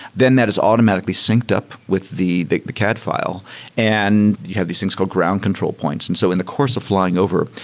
then that is automatically synced up with the the cad file and you have these things called ground control points. and so in the course of flying over,